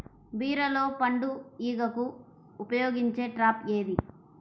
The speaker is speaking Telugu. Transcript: బీరలో పండు ఈగకు ఉపయోగించే ట్రాప్ ఏది?